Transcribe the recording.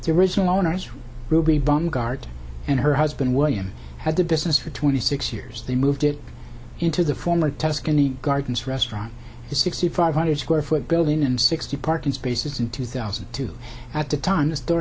the original owners ruby von guard and her husband william had a business for twenty six years they moved it into the former tuscany gardens restaurant sixty five hundred square foot building and sixty parking spaces in two thousand to at the time the store